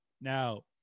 Now